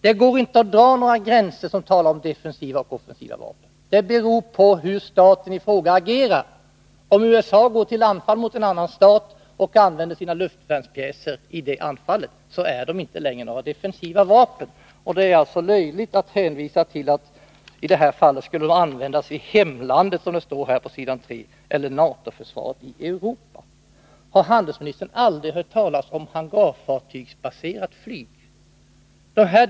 Det går inte att dra några gränser för defensiva resp. offensiva vapen. Hur vapnen används beror på hur staten i fråga agerar. Om USA går till anfall mot en annan stat och använder sina luftvärnspjäser i det anfallet, så är de inte längre några defensiva vapen. Det är alltså löjligt att hänvisa till att vapnen i det här fallet, som det står på s. 3 i interpellationssvaret, skulle användas i hemlandet eller i NATO-försvaret i Europa. Har handelsministern aldrig hört talas om hangarfartygsbaserat flyg?